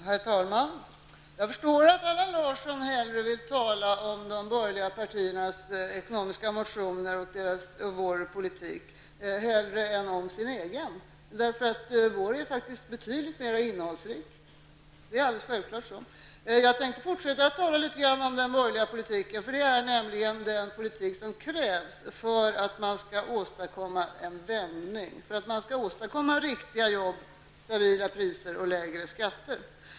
Herr talman! Jag förstår att Allan Larsson hellre vill tala om de borgerliga partiernas ekonomiska motioner och den borgerliga politiken än om sin egen, för vår politik faktiskt är betydligt mera innehållsrikt -- alldeles självklart. Jag tänker fortsätta att tala litet om den borgerliga politiken, för det är nämligen den politik som krävs för att man skall kunna åstadkomma en vändning, riktiga jobb, stabila priser och lägre skatter.